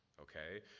okay